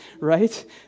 Right